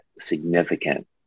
significant